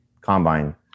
combine